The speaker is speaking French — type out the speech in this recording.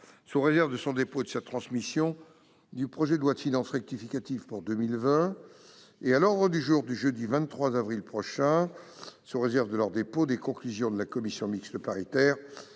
sous réserve de son dépôt et de sa transmission, du projet de loi de finances rectificative pour 2020 et, à l'ordre du jour du jeudi 23 avril, matin, sous réserve de leur dépôt, des conclusions de la commission mixte paritaire